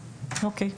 אוקיי,